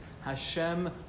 Hashem